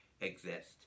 exist